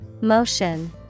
Motion